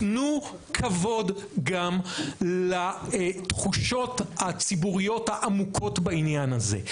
תנו כבוד גם לתחושות הציבוריות העמוקות בעניין הזה.